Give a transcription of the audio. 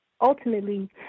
ultimately